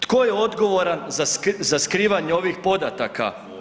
Tko je odgovoran za skrivanje ovih podataka?